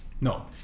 No